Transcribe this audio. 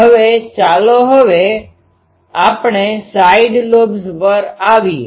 હવે ચાલો હવે આપણે સાઇડ લોબ્સ પર આવીએ